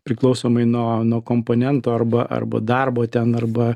priklausomai nuo nuo komponento arba arba darbo ten arba